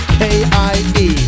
k-i-e